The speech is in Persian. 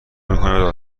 میکنه